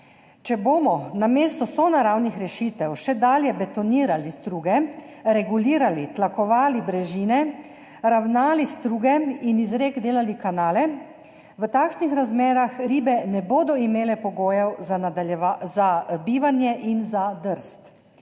Če bomo namesto sonaravnih rešitev še dalje betonirali struge, regulirali, tlakovali brežine, ravnali struge in iz rek delali kanale, v takšnih razmerah ribe ne bodo imele pogojev za bivanje in za drst.